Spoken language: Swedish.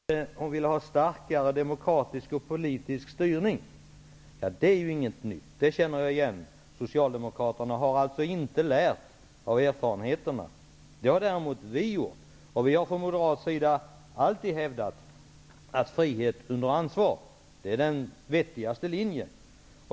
Herr talman! Sinikka Bohlin talade om att man är enig om målen i skogspolitiken. Så säger hon -- jag hoppas att jag hörde fel -- att vi från borgerlig sida ville rasera förutsättningarna för att nå målen. Det tycker jag är beklämmande. Sen säger hon att hon vill ha en starkare demokratisk och politisk styrning. Det är ingenting nytt, det känner vi igen. Socialdemokraterna har alltså inte lärt sig av erfarenheterna. Det har däremot vi gjort. Vi från moderat sida har alltid hävdat att frihet under ansvar är den vettigaste linjen.